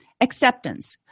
acceptance